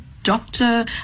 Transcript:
doctor